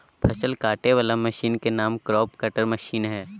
फसल काटे वला मशीन के नाम क्रॉप कटर मशीन हइ